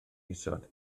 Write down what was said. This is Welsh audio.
isod